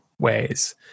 ways